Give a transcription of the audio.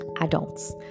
adults